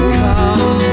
come